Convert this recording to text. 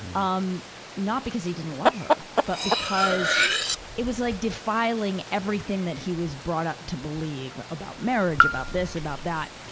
um not because he didn't love her. but because it was like defiling everything that he was brought up to believe about marriage, about this, about that.